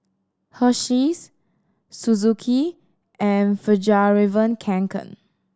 Hersheys Suzuki and Fjallraven Kanken